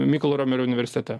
mykolo romerio universitete